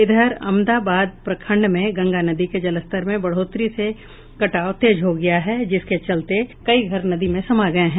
इधर अमदाबाद प्रखंड में गंगा नदी के जलस्तर में बढ़ोतरी से कटाव तेज हो गया है जिसके चलते कई घर नदी में समा गये हैं